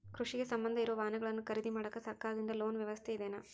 ಕೃಷಿಗೆ ಸಂಬಂಧ ಇರೊ ವಾಹನಗಳನ್ನು ಖರೇದಿ ಮಾಡಾಕ ಸರಕಾರದಿಂದ ಲೋನ್ ವ್ಯವಸ್ಥೆ ಇದೆನಾ?